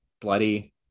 Bloody